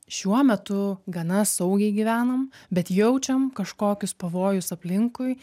šiuo metu gana saugiai gyvenam bet jaučiam kažkokius pavojus aplinkui